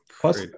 Plus